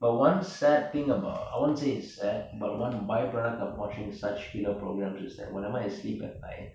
but one sad thing about I won't say it's sad one um by product of watching such killer programs is that whenever I asleep at night